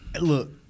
Look